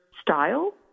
style